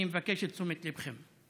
אני מבקש את תשומת ליבכם.